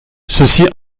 ceci